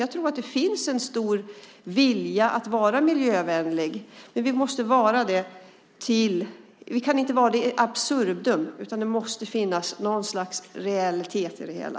Jag tror att det finns en stor vilja att vara miljövänlig, men vi kan inte vara det in absurdum, utan det måste finnas något slags realitet i det hela.